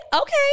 Okay